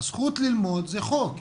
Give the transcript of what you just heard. הזכות ללמוד זה חוק.